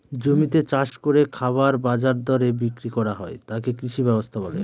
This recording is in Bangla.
জমিতে চাষ করে খাবার বাজার দরে বিক্রি করা হয় তাকে কৃষি ব্যবস্থা বলে